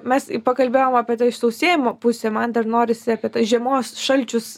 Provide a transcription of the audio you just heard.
mes pakalbėjom apie tą išsausėjimo pusę man dar norisi apie tą žiemos šalčius